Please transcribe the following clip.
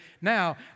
now